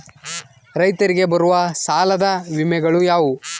ರೈತರಿಗೆ ಬರುವ ಸಾಲದ ವಿಮೆಗಳು ಯಾವುವು?